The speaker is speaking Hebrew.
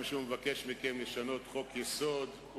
גם כשהוא מבקש מכם לשנות חוק-יסוד הוא